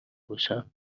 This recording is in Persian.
باشم